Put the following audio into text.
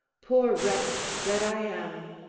poor wretch that i am!